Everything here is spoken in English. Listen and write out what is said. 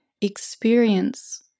experience